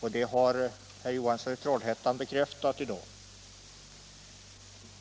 och det har herr Johansson i Trollhättan bekräftat i dag.